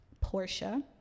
Portia